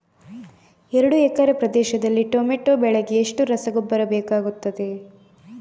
ಎರಡು ಎಕರೆ ಪ್ರದೇಶದಲ್ಲಿ ಟೊಮ್ಯಾಟೊ ಬೆಳೆಗೆ ಎಷ್ಟು ರಸಗೊಬ್ಬರ ಬೇಕಾಗುತ್ತದೆ?